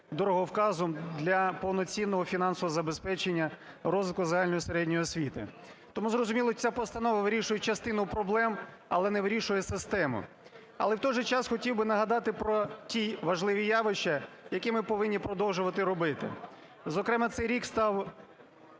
дороговказом для повноцінного фінансового забезпечення розвитку загальної і середньої освіти. Тому, зрозуміло, і ця постанова вирішує частину проблем, але не вирішує систему. Але, в той же час, хотів би нагадати про ті важливі явища, які ми повинні продовжувати робити. Зокрема, цей рік став